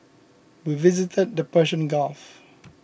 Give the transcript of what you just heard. we visited the Persian Gulf